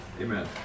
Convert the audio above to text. Amen